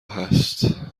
هست